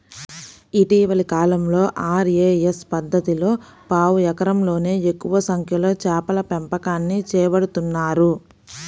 ఇటీవలి కాలంలో ఆర్.ఏ.ఎస్ పద్ధతిలో పావు ఎకరంలోనే ఎక్కువ సంఖ్యలో చేపల పెంపకాన్ని చేపడుతున్నారు